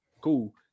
cool